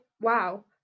Wow